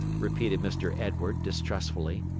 repeated mr. edwards, distrustfully.